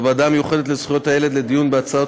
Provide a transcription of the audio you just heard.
והוועדה המיוחדת לזכויות הילד לדיון בהצעת